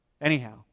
Anyhow